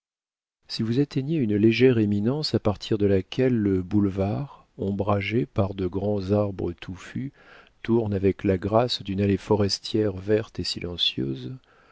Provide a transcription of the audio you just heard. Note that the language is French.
si vous atteignez une légère éminence à partir de laquelle le boulevard ombragé par de grands arbres touffus tourne avec la grâce d'une allée forestière verte et silencieuse